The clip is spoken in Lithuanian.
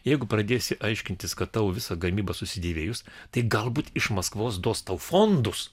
jeigu pradėsi aiškintis kad tavo visa gamyba susidėvėjus tai galbūt iš maskvos duos tau fondus